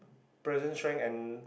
present strength and